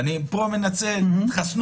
ואני מנצל את ההזדמנות פה: תתחסנו.